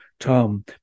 tom